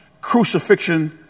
crucifixion